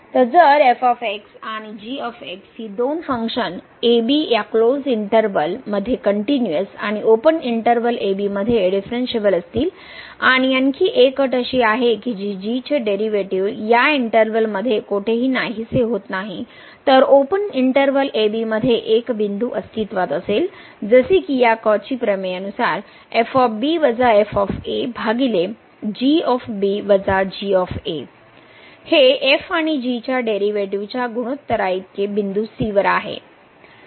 तर जर f आणि g ही दोन फंक्शन a b या क्लोज्ड इंटर्वल a b मध्ये कनट्युनिअस आणि ओपन इंटर्वल a b मध्ये डिफरणशिएबल असतील आणि आणखी एक अट अशी आहे कि जी g चे डेरीवेटीव या इंटर्वल मध्ये कोठेही नाहीसे होत नाही तर ओपन इंटर्वल a b मध्ये एक बिंदू अस्तित्वात असेल जसे की या कॉची प्रमेय हे आणि g च्या डेरीवेटीव च्या गुणोत्तरा इतके बिंदू c वर आहे